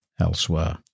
elsewhere